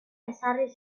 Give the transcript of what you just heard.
ezarri